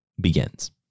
begins